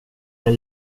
med